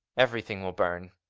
everything will burn.